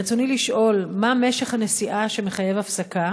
רצוני לשאול: 1. מה משך הנסיעה שמחייב הפסקה?